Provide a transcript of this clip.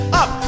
up